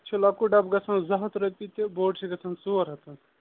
چھِ لۄکُٹ ڈَبہٕ گژھان زٕ ہَتھ رۄپیہِ تہِ بوٚڈ چھِ گژھان ژور ہَتھ رۄپیہِ